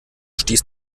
stieß